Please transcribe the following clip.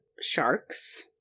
sharks